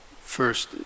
first